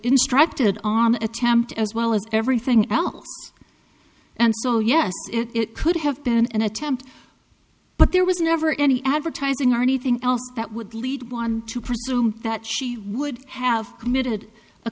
instructed on the attempt as well as everything else and so yes it could have been an attempt but there was never any advertising or anything else that would lead one to presume that she would have committed a